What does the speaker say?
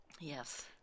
Yes